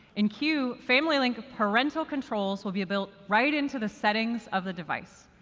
in q, family link parental controls will be built right into the settings of the device.